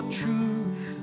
truth